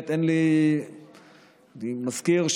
אני מזכיר,